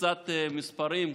קצת מספרים,